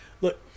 look